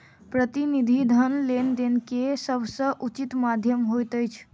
प्रतिनिधि धन लेन देन के सभ सॅ उचित माध्यम होइत अछि